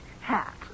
hat